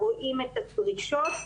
רואים את הדרישות,